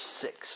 six